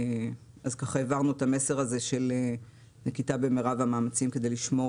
אז העברנו את המסר הזה של נקיטה במרב המאמצים כדי לשמור